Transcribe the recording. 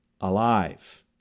alive